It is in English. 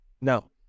No